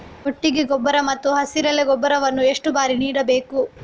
ಕೊಟ್ಟಿಗೆ ಗೊಬ್ಬರ ಮತ್ತು ಹಸಿರೆಲೆ ಗೊಬ್ಬರವನ್ನು ಎಷ್ಟು ಬಾರಿ ನೀಡಬೇಕು?